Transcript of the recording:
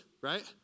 right